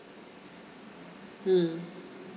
mm